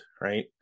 right